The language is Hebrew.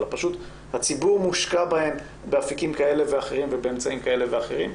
הציבור פשוט מושקע בהן באפיקים כאלה ואחרים ובאמצעים כאלה ואחרים,